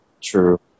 True